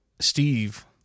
Steve